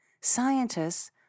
scientists